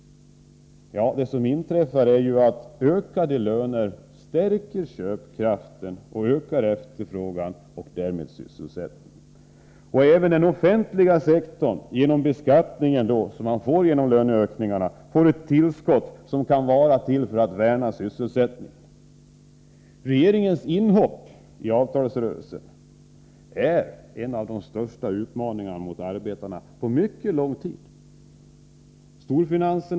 Det som händer är i stället att ökade löner stärker köpkraften, ökar efterfrågan och därmed sysselsättningen. Även den offentliga sektorn får genom de skatter som de höjda lönerna medför ett tillskott som kan bidra till att värna sysselsättningen. Regeringens inhopp i avtalsrörelsen är en av de största utmaningarna mot arbetarna på mycket lång tid.